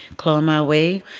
claw my way,